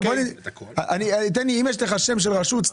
אם יש לך שם של רשות,